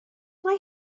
mae